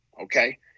Okay